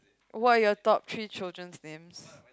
what are your top three children names